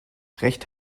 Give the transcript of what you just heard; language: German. recht